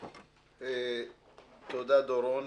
תודה, דורון.